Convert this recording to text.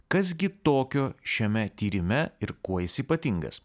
kas gi tokio šiame tyrime ir kuo jis ypatingas